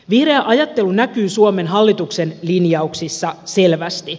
vihreä ajattelu näkyy suomen hallituksen linjauksissa selvästi